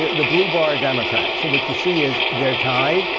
the blue bar are democrats. what you see is they're tied,